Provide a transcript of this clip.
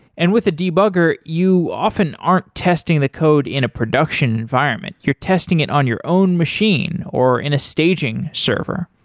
and with the debugger, you often aren't testing the code in a production environment. you're testing it on your own machine or in a staging server.